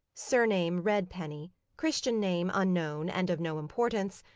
surname redpenny, christian name unknown and of no importance,